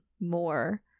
more